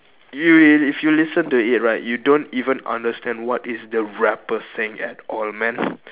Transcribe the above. if if if you listen to it right you don't even understand what is the rapper saying at all man